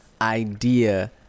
idea